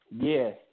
Yes